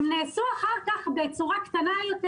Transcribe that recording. הם נעשו אחר כך בצורה קטנה יותר,